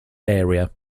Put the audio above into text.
area